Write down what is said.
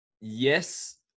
Yes